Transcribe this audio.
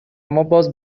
ماباز